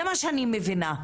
זה מה שאני מבינה.